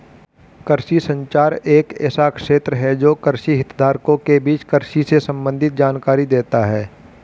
कृषि संचार एक ऐसा क्षेत्र है जो कृषि हितधारकों के बीच कृषि से संबंधित जानकारी देता है